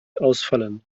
ausfallen